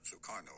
Sukarno